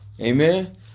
Amen